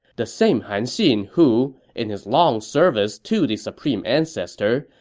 the same han xin who, in his long service to the supreme ancestor,